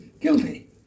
guilty